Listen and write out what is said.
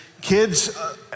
kids